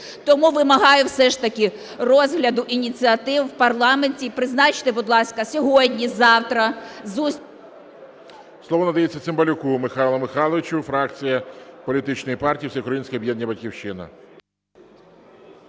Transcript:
Тому вимагаю все ж таки розгляду ініціатив в парламенті. Призначте, будь ласка, сьогодні-завтра зустріч… ГОЛОВУЮЧИЙ. Слово надається Цимбалюку Михайлу Михайловичу, фракція політичної партії Всеукраїнське об'єднання "Батьківщина".